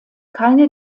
keine